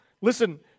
Listen